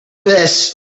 this